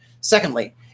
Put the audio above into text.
Secondly